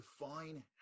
define